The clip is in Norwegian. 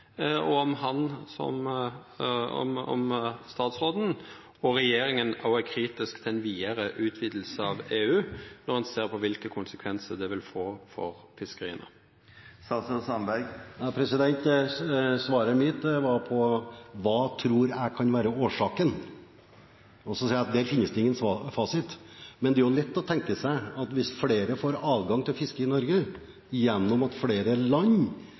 spørsmål om regjeringa Solberg er kritisk til EU-utvidinga, og om statsråden og regjeringa òg er kritiske til ei vidare utviding av EU, når ein ser på dei konsekvensane det vil få for fiskeria. Svaret mitt gjaldt hva jeg tror kan være årsaken. Og jeg sier at det ikke finnes noen fasit. Men det er lett å tenke seg at hvis flere får adgang til å fiske i Norge gjennom at flere land